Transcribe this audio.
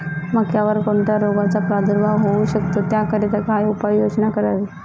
मक्यावर कोणत्या रोगाचा प्रादुर्भाव होऊ शकतो? त्याकरिता काय उपाययोजना करावी?